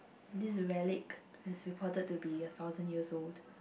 this relic is reported to be a thousand years old